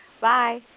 Bye